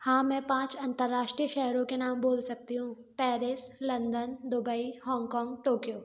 हाँ मैं पाँच अंतर्राष्ट्रीय शहरों के नाम बोल सकती हूँ Paris London Dubai Hong Kong Tokyo